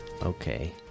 Okay